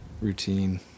routine